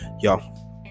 Y'all